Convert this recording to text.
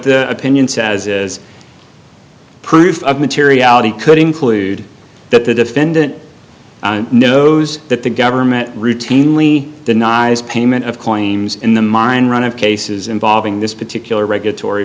the opinion says is proof of materiality could include that the defendant knows that the government routinely denies payment of claims in the mine run of cases involving this particular regulatory